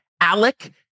Alec